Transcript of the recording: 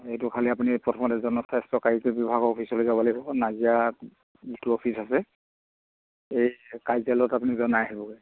এইটো খালী আপুনি প্ৰথমতে জন স্বাস্থ্য কাৰ্য বিভাগৰ অফিচলৈ যাব লাগিব নাজিৰা যিটো অফিচ আছে এই কাৰ্যালয়ত আপুনি জনাই আহিবগৈ